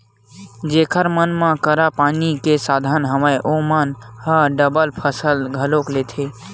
जेखर मन करा पानी के साधन हवय ओमन ह डबल फसल घलोक लेथे